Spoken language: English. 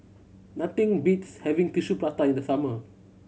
nothing beats having Tissue Prata in the summer